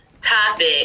topic